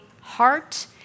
heart